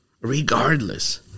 regardless